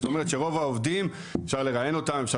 זאת אומרת שרוב העובדים אפשר לראיין אותם אפשר